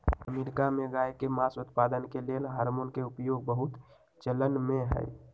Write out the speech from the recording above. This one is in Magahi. अमेरिका में गायके मास उत्पादन के लेल हार्मोन के उपयोग बहुत चलनमें हइ